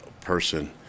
person